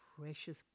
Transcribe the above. precious